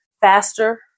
faster